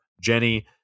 Jenny